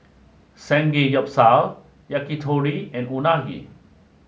Samgeyopsal Yakitori and Unagi